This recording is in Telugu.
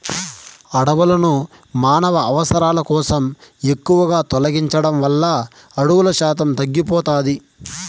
అడవులను మానవ అవసరాల కోసం ఎక్కువగా తొలగించడం వల్ల అడవుల శాతం తగ్గిపోతాది